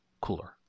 cooler